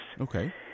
Okay